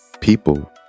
people